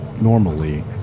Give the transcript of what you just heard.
normally